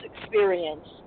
experience